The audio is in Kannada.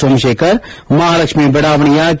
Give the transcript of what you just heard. ಸೋಮಶೇಖರ್ ಮಹಾಲಕ್ಷೀ ಬಡಾವಣೆಯ ಕೆ